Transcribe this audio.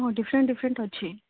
ହଁ different different ଅଛି